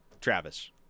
Travis